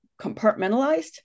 compartmentalized